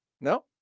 no